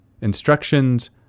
Instructions